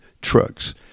trucks